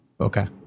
Okay